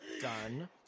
Done